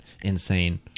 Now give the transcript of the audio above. insane